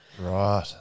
Right